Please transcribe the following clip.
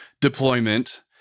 deployment